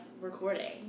recording